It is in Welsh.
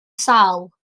sâl